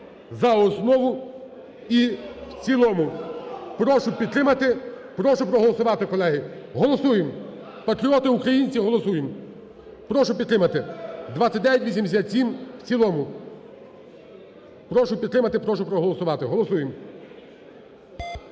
за основу і в цілому. Прошу підтримати, прошу проголосувати, колеги. Голосуємо, патріоти-українці, голосуємо! Прошу підтримати, 2987, в цілому. Прошу підтримати, прошу проголосувати, голосуємо.